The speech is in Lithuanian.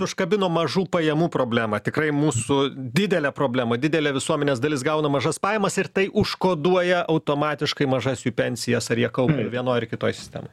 užkabino mažų pajamų problemą tikrai mūsų didelė problema didelė visuomenės dalis gauna mažas pajamas ir tai užkoduoja automatiškai mažas jų pensijas ar jie kaupia vienoj ar kitoj sistemoj